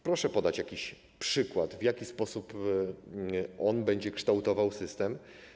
Proszę podać jakiś przykład, w jaki sposób on będzie kształtował system.